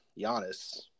Giannis